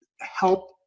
help